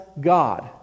God